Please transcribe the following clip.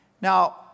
Now